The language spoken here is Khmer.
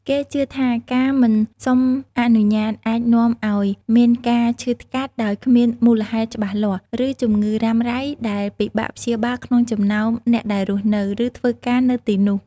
គេជឿថា ការមិនសុំអនុញ្ញាតអាចនាំឲ្យមានការឈឺថ្កាត់ដោយគ្មានមូលហេតុច្បាស់លាស់ ឬជំងឺរ៉ាំរ៉ៃដែលពិបាកព្យាបាលក្នុងចំណោមអ្នកដែលរស់នៅ ឬធ្វើការនៅទីនោះ។